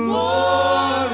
more